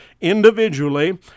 individually